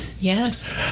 yes